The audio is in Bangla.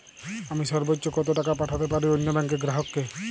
আমি সর্বোচ্চ কতো টাকা পাঠাতে পারি অন্য ব্যাংকের গ্রাহক কে?